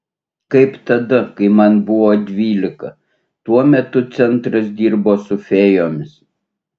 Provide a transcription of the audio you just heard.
kaip tada kai man buvo dvylika tuo metu centras dirbo su fėjomis